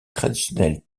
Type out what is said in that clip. traditionnelles